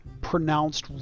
pronounced